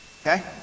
okay